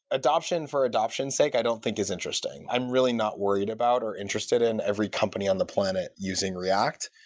adoption for adoption's sake i don't think is interesting. i'm really not worried about or interested in every company on the planet using react.